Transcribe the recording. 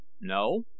No